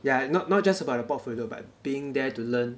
yeah not not just about the portfolio but being there to learn